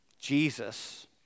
Jesus